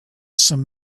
some